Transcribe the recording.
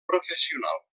professional